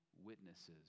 Witnesses